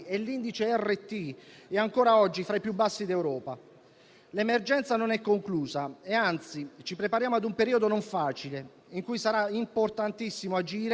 La situazione del resto del mondo è ancora drammatica e presenta anche in Europa un quadro epidemiologico particolarmente deteriorato.